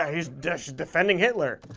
ah he's d. sh. defending hitler!